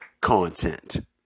content